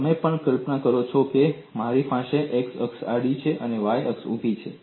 અને તમે પણ કલ્પના કરો છો કે મારી પાસે x અક્ષ આડી છે અને y અક્ષ ઊભી છે